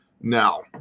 Now